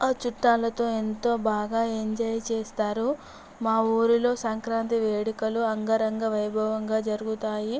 ఆ చుట్టాలతో ఎంతో బాగా ఎంజాయ్ చేస్తారు మా ఊరిలో సంక్రాంతి వేడుకలు అంగరంగ వైభవంగా జరుగుతాయి